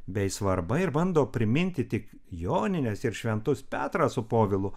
bei svarba ir bando priminti tik jonines ir šventus petrą su povilu